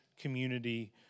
community